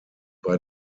bei